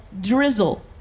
drizzle